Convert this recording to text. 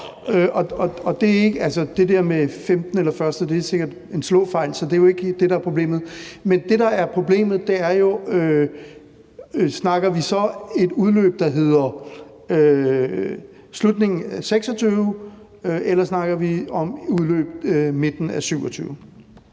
det er den 15. eller den 1., er sikkert en slåfejl, så det er jo ikke det, der er problemet. Men det, der er problemet, er jo, om vi så snakker om en udløbsdato, der hedder slutningen af 2026, eller om vi snakker om en udløbsdato i midten af 2027.